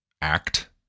act